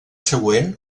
següent